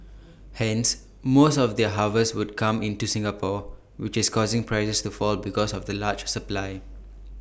hence most of their harvest would come into Singapore which is causing prices to fall because of the large supply